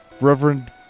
Reverend